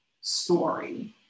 story